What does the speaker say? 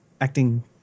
acting